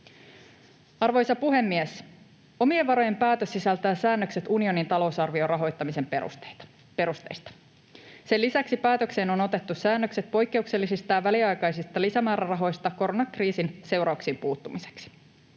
Arvoisa puhemies! Omien varojen päätös sisältää säännökset unionin talousarvion rahoittamisen perusteista. Sen lisäksi päätökseen on otettu säännökset poikkeuksellisista ja väliaikaisista lisämäärärahoista koronakriisin seurauksiin puuttumiseksi.